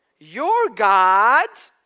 your god